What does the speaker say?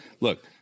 Look